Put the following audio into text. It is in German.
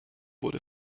wurde